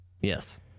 Yes